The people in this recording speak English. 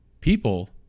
People